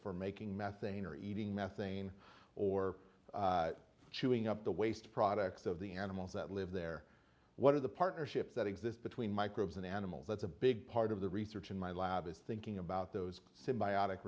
for making methane or eating methane or chewing up the waste products of the animals that live there what are the partnerships that exist between microbes and animals that's a big part of the research in my lab is thinking about those s